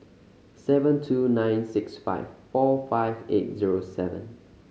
seven two nine six five four five eight zero seven